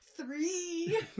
Three